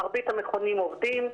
מרבית המכונים עובדים.